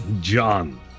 John